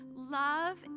love